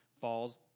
falls